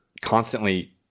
constantly